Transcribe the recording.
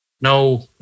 No